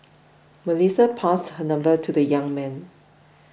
Melissa passed her number to the young man